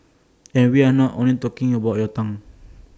and we are not only talking about your tongue